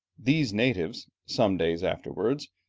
these natives, some days afterwards,